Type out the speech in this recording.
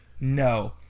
no